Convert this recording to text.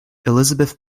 elizabeth